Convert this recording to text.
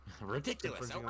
ridiculous